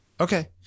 Okay